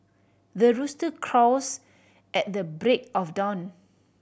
the rooster crows at the break of dawn